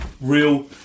real